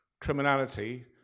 criminality